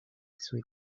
sweet